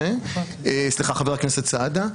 חבר הכנסת סעדה.